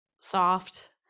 soft